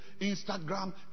Instagram